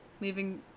leaving